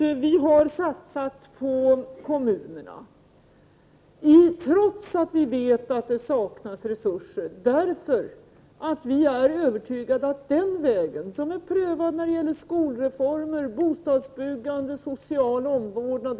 Vi har satsat på kommunerna trots att vi vet att det saknas resurser, eftersom vi är övertygade om att det är den enda rätta vägen att gå för att åstadkomma något på miljöns område.